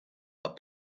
are